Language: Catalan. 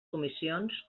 comissions